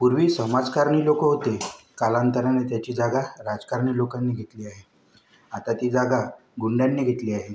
पूर्वी समाजकारणी लोकं होते कालांतराने त्याची जागा राजकारणी लोकांनी घेतली आहे आता ती जागा गुंडांनी घेतली आहे